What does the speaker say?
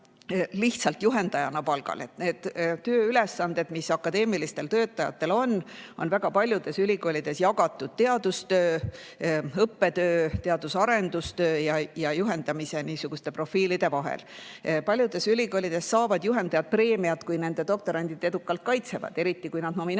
lihtsalt juhendajana palgal. Need tööülesanded, mis on akadeemilistel töötajatel, on väga paljudes ülikoolides jagatud teadustöö, õppetöö, teadus- ja arendustöö ja juhendamise profiilide vahel. Paljudes ülikoolides saavad juhendajad preemiat, kui nende doktorandid edukalt kaitsevad, eriti kui nad nominaalajaga